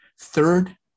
Third